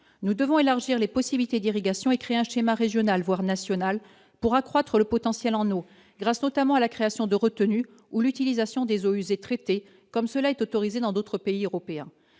nous devons élargir les possibilités d'irrigation et crée un schéma régional, voire national pour accroître le potentiel en eau grâce notamment à la création de retenues ou l'utilisation des eaux usées, traitées comme cela est autorisé dans d'autres pays européens,